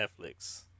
Netflix